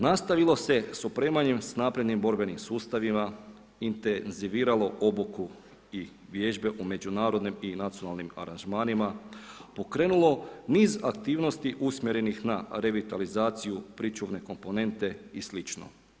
Nastavilo se s opremanjem s naprednim borbenim sustavima, intenziviralo obuku i vježbe u međunarodnim i nacionalnim aranžmanima, pokrenulo niz aktivnosti usmjerenih na revitalizaciju pričuvne komponente i slično.